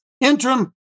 interim